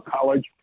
college